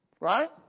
Right